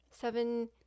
seven